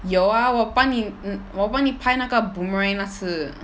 有啊我帮你我帮你拍那个 boomerang 那次